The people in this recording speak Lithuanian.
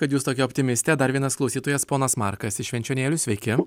kad jūs tokia optimistė dar vienas klausytojas ponas markas iš švenčionėlių sveiki